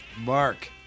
Mark